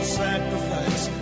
sacrifice